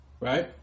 Right